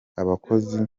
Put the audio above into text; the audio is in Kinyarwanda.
abakozi